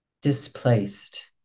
Displaced